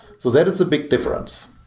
so that is the big difference.